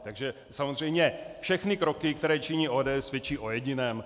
Takže samozřejmě všechny kroky, které činí ODS, svědčí o jediném.